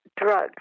drugs